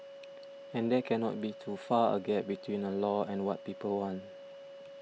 and there cannot be too far a gap between a law and what people want